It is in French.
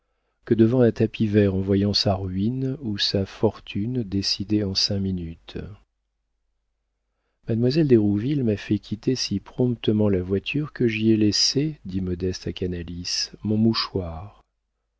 que devant un tapis vert en voyant sa ruine ou sa fortune décidées en cinq minutes mademoiselle d'hérouville m'a fait quitter si promptement la voiture que j'y ai laissée dit modeste à canalis mon mouchoir